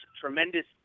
tremendous